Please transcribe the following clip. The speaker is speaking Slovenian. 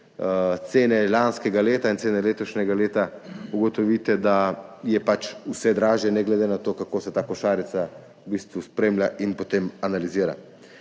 cene lanskega leta in cene letošnjega leta, ugotovite, da je pač vse dražje, ne glede na to, kako se ta košarica v bistvu spremlja in potem analizira.